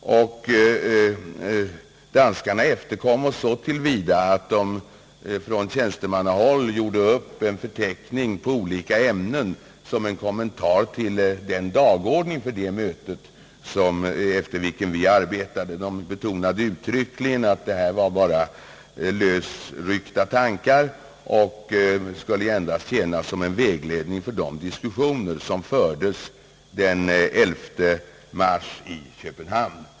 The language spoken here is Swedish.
Danskarna efterkom oss så till vida att det på tjänstemannaplanet uppgjordes en förteckning på olika ämnen som kommentar till den dagordning efter vilken vi arbetade. Det betonades uttryckligen att förteckningen bara innehöll lösryckta tankar och att den endast skulle tjäna som vägledning för de diskussioner som fördes den 11 mars i Köpenhamn.